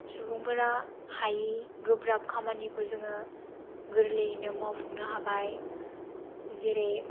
सुबुंफोरा हायि गोब्राब खामानिखौ जोङो गोरलैयैनो मावफुंनो हाबाय जेरै